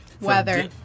weather